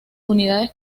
unidades